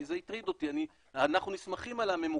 כי זה הטריד אותי כי אנחנו נסמכים על הממוכן,